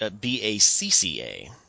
B-A-C-C-A